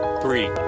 three